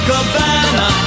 Cabana